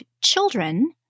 children